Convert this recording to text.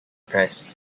press